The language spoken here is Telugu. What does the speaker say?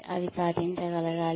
అవి సాధించగలగాలి